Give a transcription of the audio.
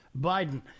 biden